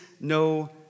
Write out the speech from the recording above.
no